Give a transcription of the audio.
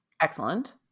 Excellent